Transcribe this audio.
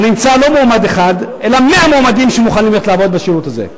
אני אמצא לא מועמד אחד אלא מאה מועמדים שמוכנים ללכת לעבוד בשירות הזה.